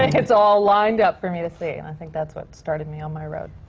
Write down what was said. it's all lined up for me to see. and i think that's what started me on my road.